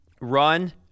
run